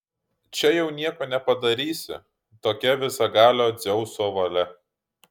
čia jau nieko nepadarysi tokia visagalio dzeuso valia